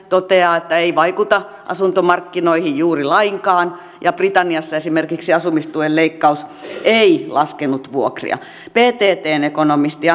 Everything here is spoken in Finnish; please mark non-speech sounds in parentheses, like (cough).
toteaa että ei vaikuta asuntomarkkinoihin juuri lainkaan ja britanniassa esimerkiksi asumistuen leikkaus ei laskenut vuokria pttn ekonomisti (unintelligible)